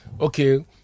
Okay